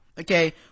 Okay